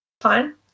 fine